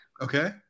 Okay